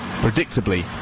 Predictably